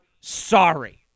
sorry